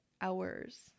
hours